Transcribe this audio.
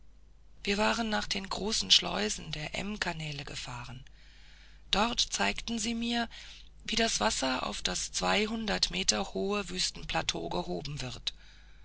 wir waren nach den großen schleusen der emm kanäle gefahren dort zeigten sie mir wie das wasser auf das zweihundert meter hohe wüstenplateau gehoben wird